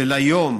של היום